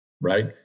right